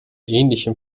ähnlichem